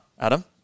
Adam